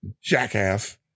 jackass